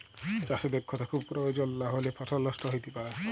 চাষে দক্ষতা খুব পরয়োজল লাহলে ফসল লষ্ট হ্যইতে পারে